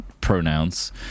pronouns